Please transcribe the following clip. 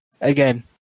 Again